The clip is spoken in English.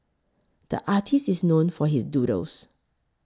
the artist is known for his doodles